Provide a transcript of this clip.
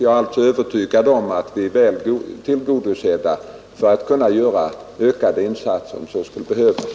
Jag är således övertygad om att vi är väl rustade för att kunna göra ökade insatser om så skulle behövas.